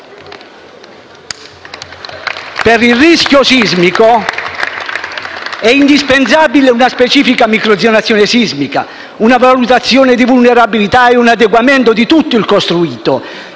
Per il rischio sismico è indispensabile una specifica microzonazione sismica, una valutazione di vulnerabilità e un adeguamento di tutto il costruito.